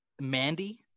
Mandy